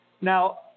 Now